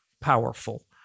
powerful